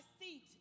seat